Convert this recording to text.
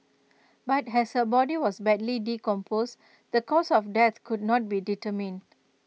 but has her body was badly decomposed the cause of death could not be determined